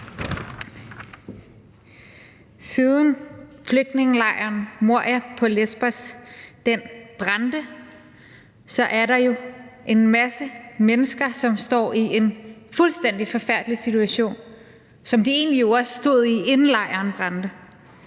Siden flygtningelejren Moria på Lesbos brændte, er der en masse mennesker, som står i en fuldstændig forfærdelig situation, som de jo egentlig også stod i, inden lejren brændte.